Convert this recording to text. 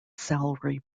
salary